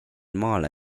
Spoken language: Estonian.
maale